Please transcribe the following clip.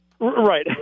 right